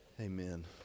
amen